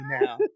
now